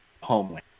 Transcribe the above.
homeland